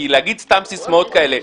כי להגיד סתם סיסמאות כאלה,